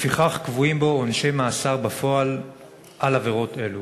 לפיכך קבועים בו עונשי מאסר בפועל על עבירות אלו.